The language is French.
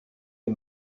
est